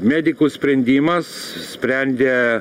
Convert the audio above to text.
medikų sprendimas sprendė